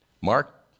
Mark